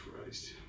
Christ